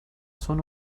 son